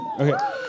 Okay